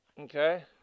Okay